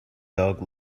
dog